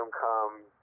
Come